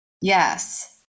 Yes